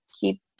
keep